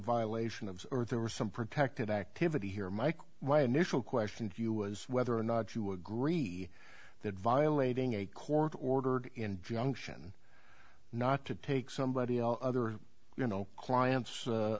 violation of or there was some protected activity here mike my initial question to you was whether or not you agree that violating a court ordered injunction not to take somebody other you know clients